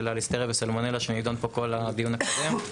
של הליסטריה וסלמונלה שנדון פה כל הדיון הקודם.